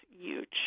huge